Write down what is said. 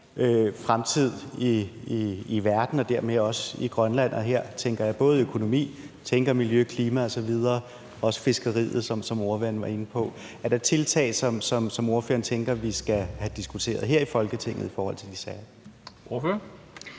fremtid i verden og dermed også i Grønland, og her tænker jeg både på økonomi, miljø og klima osv., og også fiskeriet, som ordføreren var inde på. Er der tiltag, som ordføreren tænker vi skal have diskuteret her i Folketinget i forhold til de sager? Kl.